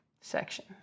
section